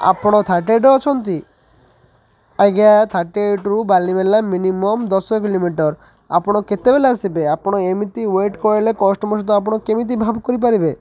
ଆପଣ ଥାର୍ଟି ଏଇଟ୍ରେ ଅଛନ୍ତି ଆଜ୍ଞା ଥାର୍ଟି ଏଇଟ୍ରୁୁ ବାଲିମେଲା ମିନିମମ୍ ଦଶ କିଲୋମିଟର ଆପଣ କେତେବେଲେ ଆସିବେ ଆପଣ ଏମିତି ୱେଟ୍ କରେଇଲେ କଷ୍ଟମର୍ ସହିତ ଆପଣ କେମିତି ଭାବ କରିପାରିବେ